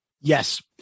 Yes